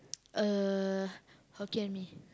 uh Hokkien-Mee